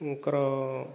ଙ୍କର